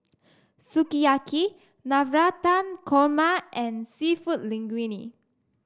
Sukiyaki Navratan Korma and seafood Linguine